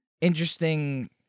interesting